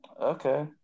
okay